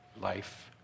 life